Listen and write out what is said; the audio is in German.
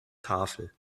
tafel